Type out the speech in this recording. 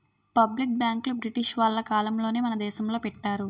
public బ్యాంకులు British వాళ్ళ కాలంలోనే మన దేశంలో పెట్టారు